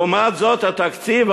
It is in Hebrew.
לעומת זאת התקציב,